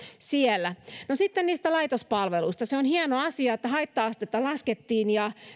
siellä sitten niistä laitospalveluista se on hieno asia että haitta astetta laskettiin ja